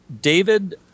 David